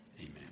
Amen